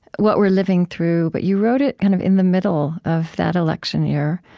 what we're living through, but you wrote it kind of in the middle of that election year,